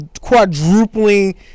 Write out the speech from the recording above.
quadrupling